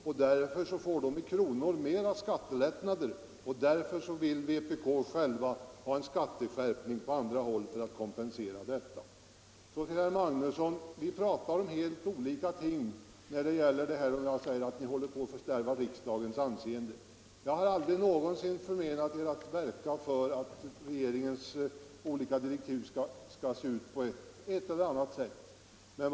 Skattelättnaden i kronor räknat stiger då med inkomsten, och därför vill vpk ha en skatteskärpning på andra håll för att kompensera detta. Så till herr Magnusson i Borås. Vi talar om helt olika ting när jag säger att ni håller på att fördärva riksdagens anseende. Jag har aldrig förmenat er att verka för att regeringens olika direktiv skall se ut på det ena eller andra sättet.